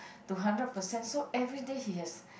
to hundred percent so everyday he has